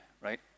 right